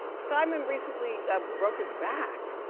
simon recently ah broke his back!